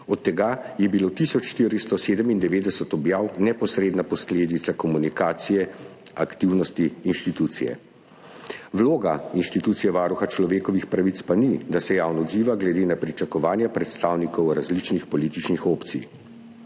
od tega je bilo tisoč 497 objav neposredna posledica komunikacije, aktivnosti inštitucije. Vloga inštitucije Varuha človekovih pravic pa ni, da se javno odziva glede na pričakovanja predstavnikov različnih političnih opcij.